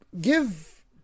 Give